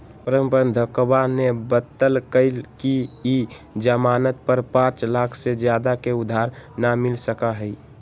प्रबंधकवा ने बतल कई कि ई ज़ामानत पर पाँच लाख से ज्यादा के उधार ना मिल सका हई